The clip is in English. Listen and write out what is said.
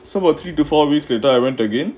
somewhat about three to four weeks later I went again